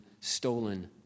stolen